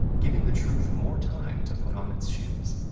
giving the truth more time to put on its shoes.